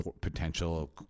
potential